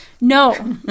No